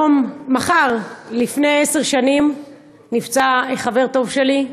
מחר לפני עשר שנים נפצע חבר טוב שלי,